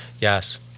yes